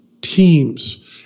teams